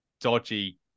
dodgy